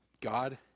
God